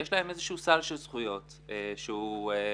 יש להם איזשהו סל של זכויות שהוא בתנועה,